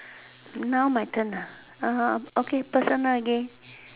now my turn ah okay personal again